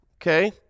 okay